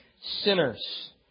sinners